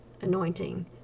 anointing